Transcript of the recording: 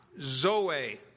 Zoe